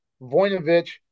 Voinovich